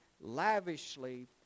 lavishly